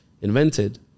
invented